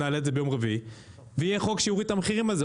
נעלה את זה ביום רביעי ויהיה חוק שיוריד את המחירים האלה.